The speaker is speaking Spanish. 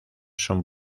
son